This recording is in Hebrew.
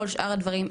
כל שאר הדברים,